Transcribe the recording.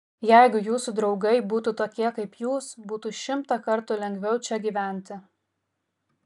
jeigu jūsų draugai būtų tokie kaip jūs būtų šimtą kartų lengviau čia gyventi